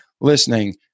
listening